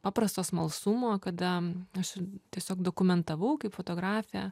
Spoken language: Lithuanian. paprasto smalsumo kada aš tiesiog dokumentavau kaip fotografė